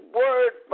word